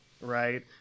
right